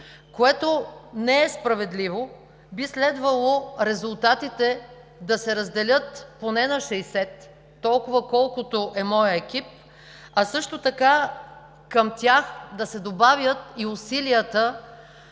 което не е справедливо. Би следвало резултатите да се разделят поне на 60 – толкова, колкото е моят екип, а също така към тях да се добавят усилията